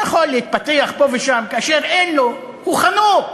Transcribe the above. הוא יכול להתפתח פה ושם, כאשר אין לו, הוא חנוק.